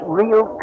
real